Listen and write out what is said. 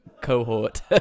cohort